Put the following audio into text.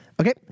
Okay